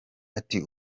ati